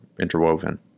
interwoven